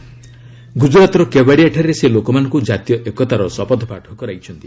ଗୁଜୁରାତର କେବାଡିଆଠାରେ ସେ ଲୋକମାନଙ୍କୁ ଜାତୀୟ ଏକତାର ଶପଥପାଠ କରାଇଛନ୍ତି